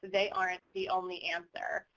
they aren't the only answer.